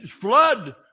flood